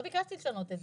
לא ביקשתי לשנות את זה.